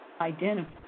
identify